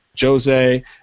Jose